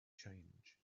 change